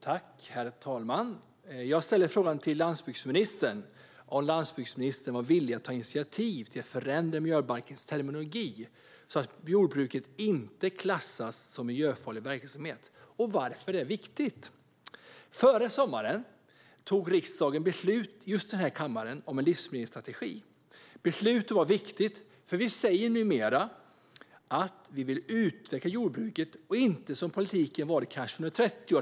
Herr talman! Jag frågade landsbygdsministern om han var villig att ta initiativ till att förändra miljöbalkens terminologi, så att jordbruket inte ska klassas som miljöfarlig verksamhet. Varför är det viktigt? Jo, före sommaren fattade riksdagen i just den här kammaren beslut om en livsmedelsstrategi. Beslutet var viktigt. Vi säger numera att vi vill utveckla jordbruket och inte avveckla det, vilket politiken gått ut på under kanske 30 år.